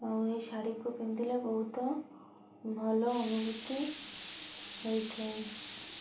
ଆଉ ଏହି ଶାଢ଼ୀକୁ ପିନ୍ଧିଲେ ବହୁତ ଭଲ ଅନୁଭୂତି ହୋଇଥାଏ